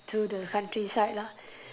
to the countryside lah